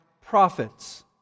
prophets